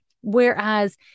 Whereas